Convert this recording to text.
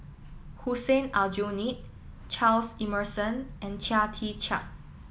Hussein Aljunied Charles Emmerson and Chia Tee Chiak